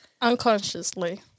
Unconsciously